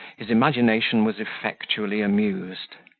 his imagination was effectually amused.